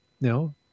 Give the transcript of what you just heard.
no